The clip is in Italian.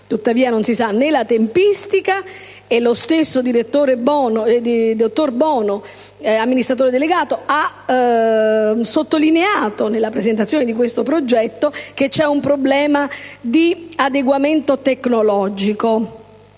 Tuttavia, non si conosce la tempistica. Lo stesso direttore, dottor Bono, amministratore delegato di Fincantieri, ha sottolineato, nella presentazione di questo progetto, che c'è un problema di adeguamento tecnologico: